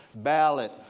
ballot,